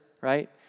right